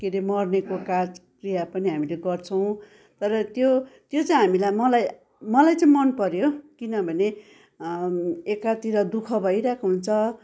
के रे मर्नेको काज क्रिया पनि हामीले गर्छौँ तर त्यो त्यो चाहिँ हामीलाई मलाई मलाई चाहिँ मनपऱ्यो किनभने एकातिर दुःख भइरहेको हुन्छ